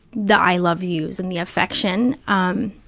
the i-love-yous and the affection, um